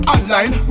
Online